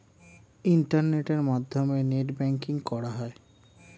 ইন্টারনেটের মাধ্যমে net banking করা হয়